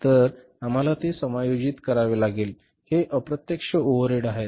तर आम्हाला ते समायोजित करावे लागेल हे अप्रत्यक्ष ओव्हरहेड आहेत